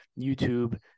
YouTube